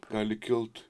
gali kilt